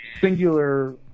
singular